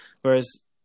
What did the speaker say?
Whereas